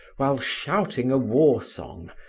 while shouting a war song,